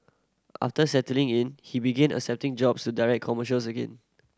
after settling in he began accepting jobs to direct commercials again